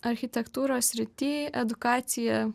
architektūros srity edukacija